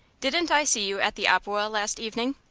didn't i see you at the opewa last evening?